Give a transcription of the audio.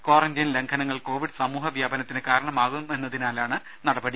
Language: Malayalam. ക്വാറന്റെൻ ലംഘനങ്ങൾ കോവിഡ് സാമൂഹ്യവ്യാപനത്തിനു കാരണമാകുമെന്നതിനാലാണ് നടപടി